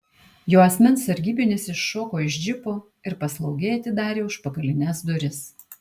jo asmens sargybinis iššoko iš džipo ir paslaugiai atidarė užpakalines duris